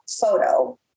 photo